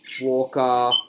Walker